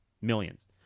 millions